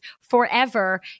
forever